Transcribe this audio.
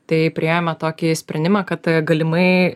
tai priėjome tokį sprendimą kad galimai